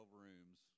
rooms